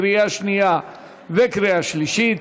לקריאה שנייה וקריאה שלישית.